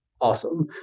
awesome